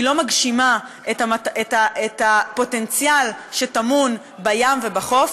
היא לא מגשימה את הפוטנציאל שטמון בים ובחוף.